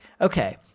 okay